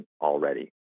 already